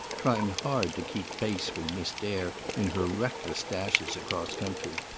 trying hard to keep pace with miss dare in her reckless dashes across country.